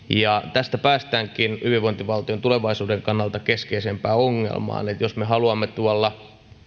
tästä päästäänkin hyvinvointivaltion tulevaisuuden kannalta keskeisimpään ongelmaan eli jos me haluamme